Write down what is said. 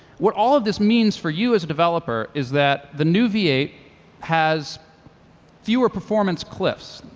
what all of this means for you as a developer is that the new v eight has fewer performance cliffs.